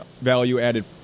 value-added